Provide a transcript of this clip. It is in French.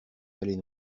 allées